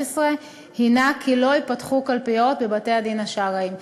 היא כי לא ייפתחו קלפיות בבתי-הדין השרעיים.